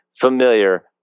familiar